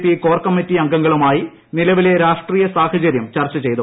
P core committee അംഗങ്ങളുമായി നിലവിലെ രാഷ്ട്രീയ സാഹചര്യം ചർച്ച ചെയ്തു